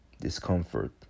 discomfort